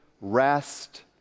rest